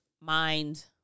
mind